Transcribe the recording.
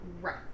Right